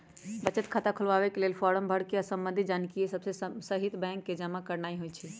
बचत खता खोलबाके लेल फारम भर कऽ संबंधित जानकारिय सभके सहिते बैंक में जमा करनाइ होइ छइ